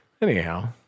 Anyhow